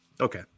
Okay